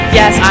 yes